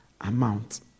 amount